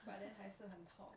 but then 还是很痛